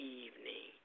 evening